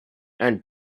and